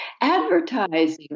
advertising